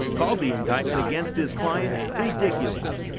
called the indictment against his client ridiculous.